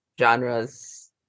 genres